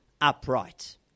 upright